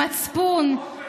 מצפון,